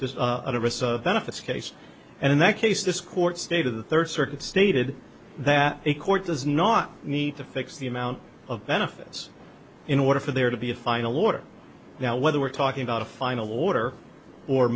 this benefits case and in that case this court stated the third circuit stated that a court does not need to fix the amount of benefits in order for there to be a final order now whether we're talking about a final order or